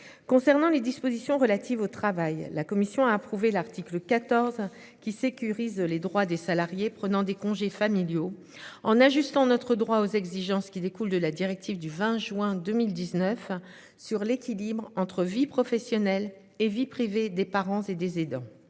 Concernant les dispositions relatives au travail. La commission a approuvé l'article 14 qui sécurise les droits des salariés prenant des congés familiaux en ajustant notre droit aux exigences qui découlent de la directive du 20 juin 2019 sur l'équilibre entre vie professionnelle et vie privée des parents et des aidants.